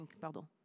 pardon